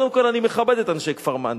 קודם כול, אני מכבד את אנשי כפר-מנדא.